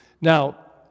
Now